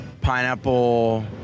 Pineapple